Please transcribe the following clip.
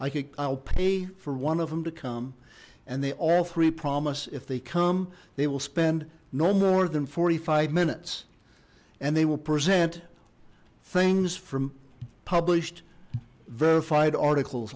like i'll pay for one of them to come and they all three promise if they come they will spend no more than forty five minutes and they will present things from published verified articles